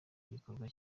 gikorwa